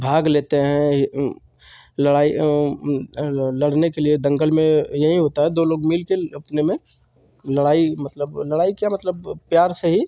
भाग लेते हैं लड़ाई लड़ने के लिए दंगल में यही होता है दो लोग मिलकर अपने में लड़ाई मतलब लड़ाई क्या मतलब प्यार से ही